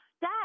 Dad